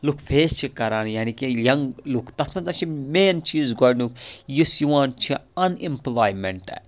لُکھ فیس چھِ کِران یعنی کہِ یَنگ لُکھ تَتھ مَنٛز چھِ مین چیز گۄڈٕنیُک یُس یِوان چھُ اَن ایٚمپٕلایٚمٮ۪نٹ